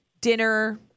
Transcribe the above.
dinner